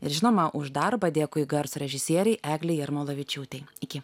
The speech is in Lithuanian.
ir žinoma už darbą dėkui garso režisierei eglei jarmolavičiūtei iki